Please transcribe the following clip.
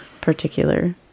particular